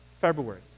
February